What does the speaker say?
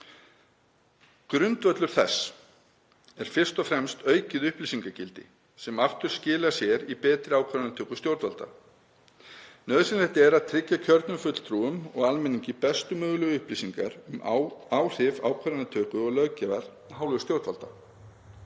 Grundvöllur þess er fyrst og fremst aukið upplýsingagildi sem aftur skila sér í betri ákvarðanatöku stjórnvalda. Nauðsynlegt er að tryggja kjörnum fulltrúum og almenningi bestu mögulegu upplýsingar um áhrif ákvarðanatöku og löggjafar af hálfu stjórnvalda.